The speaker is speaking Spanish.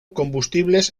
combustibles